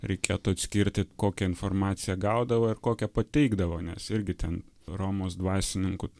reikėtų atskirti kokią informaciją gaudavo ir kokią pateikdavo nes irgi ten romos dvasininkų